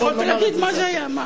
יכולת להגיד מה זה היה.